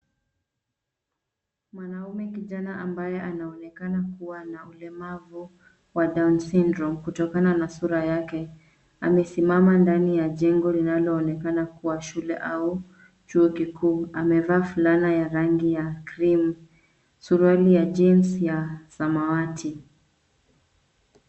Mwanaume kijana ambaye anaonekana kuwa na ulemavu wa down syndrome kutokana na sura yake, amesimama ndani ya jengo linaloonekana kuwa shule au chuo kikuu. Amevaa fulana ya rangi ya cream ,suruali ya jeans ya samawati.